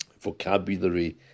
vocabulary